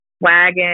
wagon